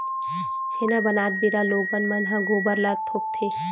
छेना बनात बेरा लोगन मन ह गोबर ल थोपथे